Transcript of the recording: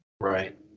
Right